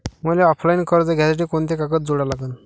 मले ऑफलाईन कर्ज घ्यासाठी कोंते कागद जोडा लागन?